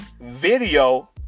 video